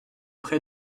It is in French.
pré